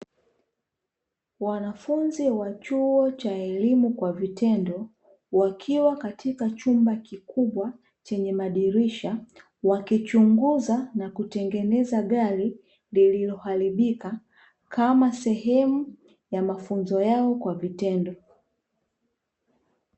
Wanafunzi wa chuo cha elimu kwa vitendo wakiwa katika chumba kikubwa chenye madirisha, wakichunguza na kutengeneza gari lililoharibika kama sehemu ya mafunzo yao kwa vitendo.